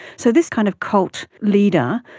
so this kind of cult leader,